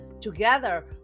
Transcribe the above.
Together